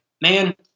man